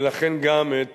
ולכן גם את